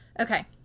Okay